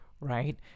Right